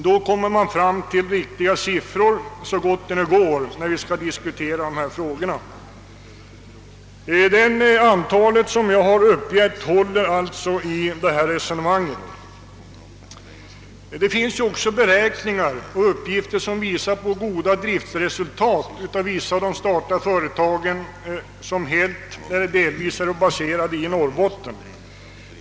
Då kommer man fram till riktiga siffror — i den mån det nu går — när vi skall diskutera dessa frågor. Det antal som jag uppger håller alltså i alla fall. Det finns beräkningar och uppgifter som visar goda driftresultat hos vissa av de statliga företag som helt eller delvis är placerade i Norrbotten.